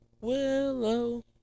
Willow